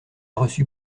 reçu